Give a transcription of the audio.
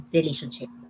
relationship